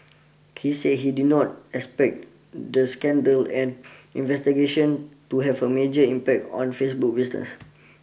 he said he did not expect the scandal and investigations to have a major impact on Facebook's business